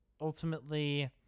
ultimately